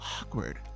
awkward